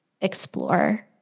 explore